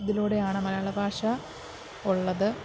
ഇതിലൂടെയാണ് മലയാള ഭാഷ ഉള്ളത്